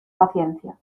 paciencia